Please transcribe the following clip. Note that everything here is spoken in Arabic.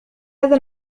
هذا